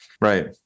Right